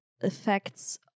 effects